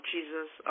Jesus